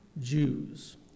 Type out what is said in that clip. Jews